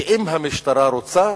שאם המשטרה רוצה,